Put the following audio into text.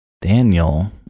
daniel